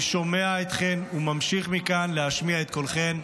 אני שומע אתכן, וממשיך מכאן להשמיע את קולכן.